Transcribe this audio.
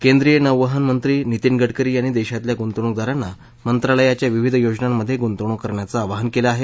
केंद्रीय नौवहन मंत्री नितीन गडकरी यांनी देशातल्या गुंतवणूकदारांना मंत्रालयाच्या विविध योजनांमधे गुंतवणूक करण्याचं आवाहन केलं आहे